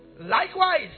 Likewise